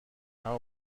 how